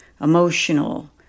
emotional